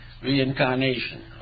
reincarnation